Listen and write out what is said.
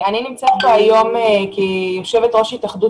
אני נמצאת פה היום כיושבת-ראש התאחדות